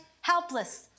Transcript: helpless